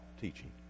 teaching